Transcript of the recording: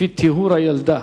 כפי תיאור הילדה.